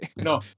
No